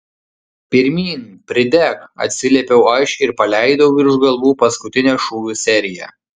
pirmyn pridek atsiliepiau aš ir paleidau virš galvų paskutinę šūvių seriją